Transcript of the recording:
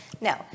no